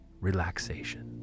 relaxation